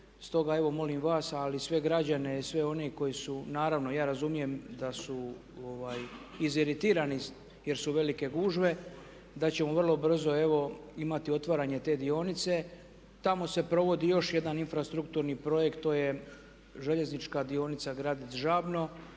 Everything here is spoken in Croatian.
sve građane, sve one koji su, naravno ja razumijem da su iziritirani jer su velike gužve da ćemo vrlo brzo evo imati otvaranje te dionice. Tamo se provodi još jedan infrastrukturni projekt to je željeznička dionica Gradec-Žabno,